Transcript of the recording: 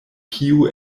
kiu